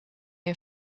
een